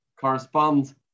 correspond